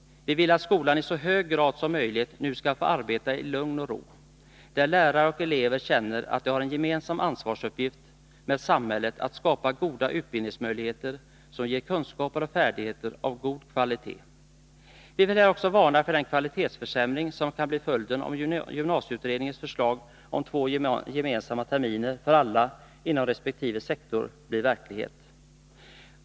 Vi vill att skolan i så hög grad som möjligt nu skall få arbeta i lugn och ro, så att lärare och elever känner att de har en gemensam ansvarsuppgift med samhället att skapa goda utbildningsmöjligheter som ger kunskaper och färdigheter av god kvalitet. Vi vill här också varna för den kvalitetsförsämring som kan bli följden, om gymnasieutredningens förslag om två gemensamma terminer för alla inom resp. sektor blir verklighet.